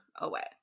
away